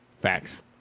Facts